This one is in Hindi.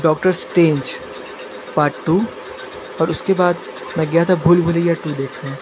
डॉक्टर स्ट्रैन्ज पार्ट टू और उसके बाद मैं गया था भूल भुलैया टू देखने